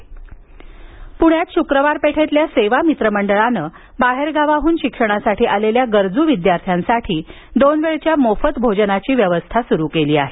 मोफत भोजन पुण्यात शुक्रवार पेठेतील सेवा मित्र मंडळानं बाहेरगावाहून शिक्षणासाठी आलेल्या गरजू विद्यार्थ्यांसाठी दोन वेळेची मोफत भोजन व्यवस्था सुरू केली आहे